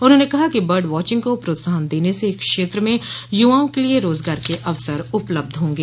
उन्होंने कहा कि बर्ड वाचिंग को प्रोत्साहन देने से इस क्षेत्र में युवाओं के लिए रोजगार के अवसर उपलब्ध होंगे